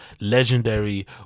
legendary